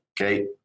Okay